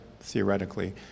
theoretically